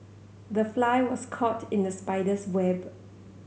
the fly was caught in the spider's web